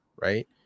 right